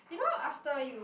you know after you